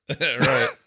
Right